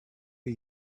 for